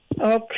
Okay